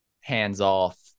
hands-off